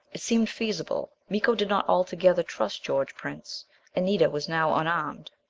it seemed feasible. miko did not altogether trust george prince anita was now unarmed.